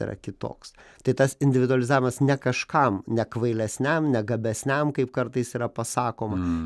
yra kitoks tai tas individualizavimas ne kažkam ne kvailesniam ne gabesniam kaip kartais yra pasakoma